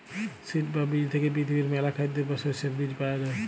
seed বা বীজ ব্যাংকে পৃথিবীর মেলা খাদ্যের বা শস্যের বীজ পায়া যাই